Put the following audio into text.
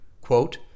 quote